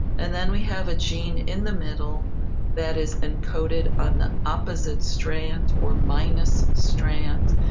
and then we have a gene in the middle that is encoded on the opposite strand or minus strand,